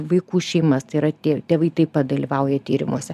vaikų šeimas tai yra tė tėvai taip pat dalyvauja tyrimuose